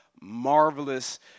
marvelous